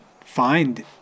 find